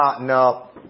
no